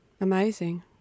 Amazing